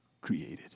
created